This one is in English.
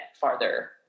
farther